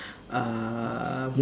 uh